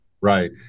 Right